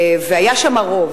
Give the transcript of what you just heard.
והיה שם רוב,